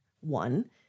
one